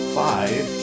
five